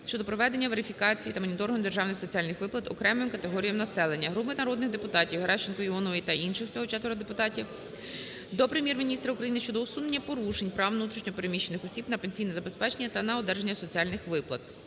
щодо проведення верифікації та моніторингу державних соціальних виплат окремим категоріям населення. Групи народних депутатів (Геращенко, Іонової та інших, всього 4 депутатів) до Прем'єр-міністра України щодо усунення порушень прав внутрішньо переміщених осіб на пенсійне забезпечення та на одержання соціальних виплат.